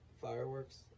fireworks